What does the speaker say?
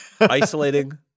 Isolating